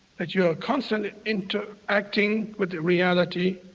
that you are constantly interacting with reality